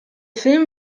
film